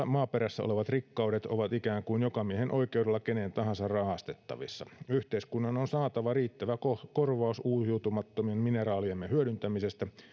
maaperässä olevat rikkaudet ovat ikään kuin jokamiehenoikeudella kenen tahansa rahastettavissa yhteiskunnan on saatava riittävä korvaus uusiutumattomien mineraaliemme hyödyntämisestä